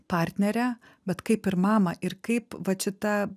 partnerę bet kaip ir mamą ir kaip vat šitą